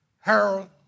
Harold